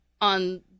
on